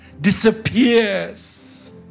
disappears